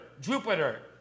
Jupiter